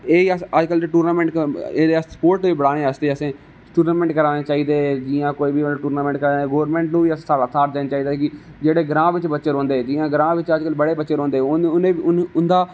एह ही अस अजकल दी टूर्नामेंट स्पोटस गी बधाने आस्तै असें टूर्नामेंट करबाने चाहिदे जियां कोई गवर्नमेंट गी साढ़ा साथ देना चाहिदा कि जेहडे ग्रां बिच बच्चे रौंहदे जियां ग्रां बिच अजकल बडे़ बच्चे रौंहदे उनें बी उंदा